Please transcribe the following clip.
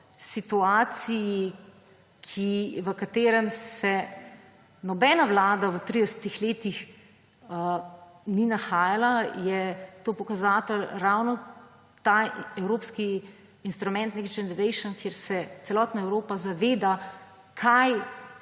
situaciji, v kateri se nobena vlada v 30-ih letih ni nahajala, je to pokazatelj ravno ta evropski instrument Next generation EU, ker se celotna Evropa zaveda, kaj